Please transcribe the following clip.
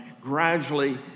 gradually